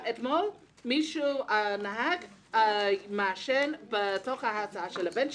אתמול הנהג עישן בתוך ההסעה של הבן שלי.